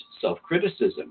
self-criticism